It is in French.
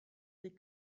des